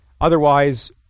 Otherwise